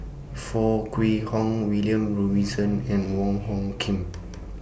Foo Kwee Horng William Robinson and Wong Hung Khim